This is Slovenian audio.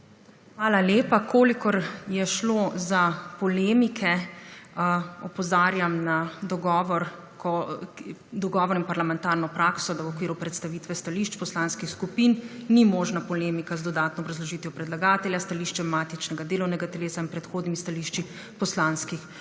Hvala lepa. Kolikor je šlo za polemike, opozarjam na dogovor in parlamentarno prakso, da v okviru predstavitve stališč poslanskih skupin ni možna polemika z dodatno obrazložitvijo predlagatelja, stališča matičnega delovnega telesa in predhodnimi stališči poslanskih skupin.